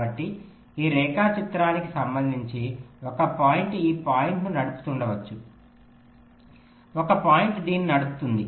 కాబట్టి ఈ రేఖాచిత్రానికి సంబంధించి ఒక పాయింట్ ఈ పాయింట్ను నడుపుతుండవచ్చు ఒక పాయింట్ దీన్ని నడుపుతుంది